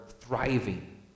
thriving